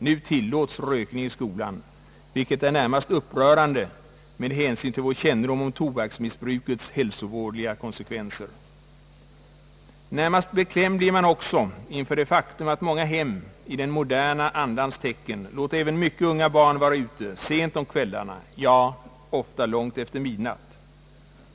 Nu tillåts rökning i skolan, vilket är närmast upprörande med hänsyn till vår kännedom om tobaksmissbrukets hälsovådliga konsekvenser. Närmast beklämd blir man också inför det faktum att många hem i den moderna andans tecken låter även mycket unga barn vara ute sent om kvällarna, ja ofta långt efter midnatt.